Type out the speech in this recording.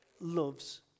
loves